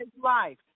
life